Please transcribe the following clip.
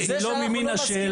קיבלתי תשובה שהיא לא ממין השאלה.